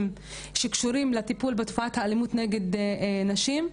שקשורים לטיפול בתופעת האלימות נגד נשים.